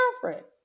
girlfriend